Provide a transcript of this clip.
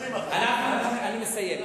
אני מסיים.